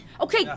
Okay